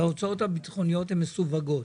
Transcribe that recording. ההוצאות הביטחוניות הן מסווגות